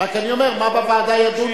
ואני רק אומר על מה ידונו בוועדה לפני,